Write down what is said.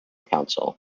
council